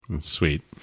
Sweet